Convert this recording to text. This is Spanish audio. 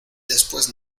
después